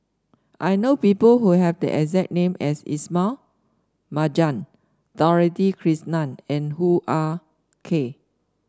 I know people who have the exact name as Ismail Marjan Dorothy Krishnan and Hoo Ah Kay